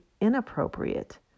inappropriate